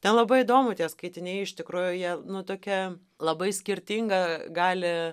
ten labai įdomu tie skaitiniai iš tikrųjų jie nu tokią labai skirtingą gali